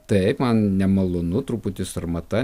taip man nemalonu truputį sarmata